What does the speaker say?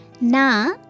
Na